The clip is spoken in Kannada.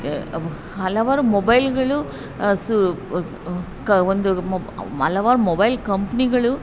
ಹಲವಾರು ಮೊಬೈಲ್ಗಳು ಒಂದು ಮೊಬ್ ಹಲವಾರು ಮೊಬೈಲ್ ಕಂಪ್ನಿಗಳು